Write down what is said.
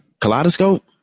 Kaleidoscope